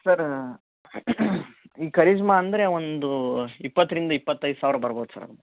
sir Karizma ಅಂದರೆ ಒಂದು ಇಪ್ಪತ್ತರಿಂದ ಇಪ್ಪತೈದು ಸಾವಿರ ಬರ್ಬೌದು ಸರ್ ಅದಕ್ಕೆ